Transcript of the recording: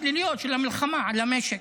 השליליות של המלחמה על המשק,